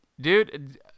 dude